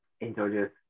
introduce